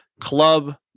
club